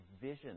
vision